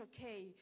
okay